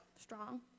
strong